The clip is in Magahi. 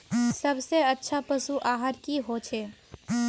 सबसे अच्छा पशु आहार की होचए?